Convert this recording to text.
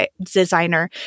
designer